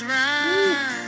run